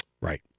Right